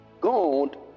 God